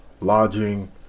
lodging